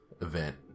event